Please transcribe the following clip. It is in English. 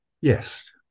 yes